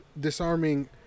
disarming